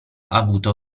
avuto